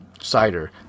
cider